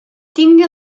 tinga